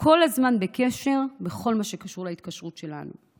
כל הזמן בקשר בכל מה שקשור להתקשרות שלנו.